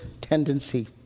tendency